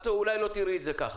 את אולי לא תראי את זה ככה.